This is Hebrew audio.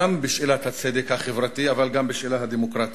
גם בשאלת הצדק החברתי אבל גם בשאלה הדמוקרטית,